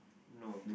no